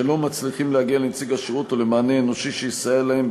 שלא מצליחים להגיע לנציג שירות ולמענה אנושי שיסייע להם,